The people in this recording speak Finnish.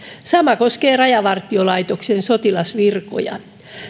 sama koskee rajavartiolaitoksen sotilasvirkoja